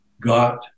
got